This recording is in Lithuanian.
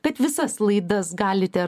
kad visas laidas galite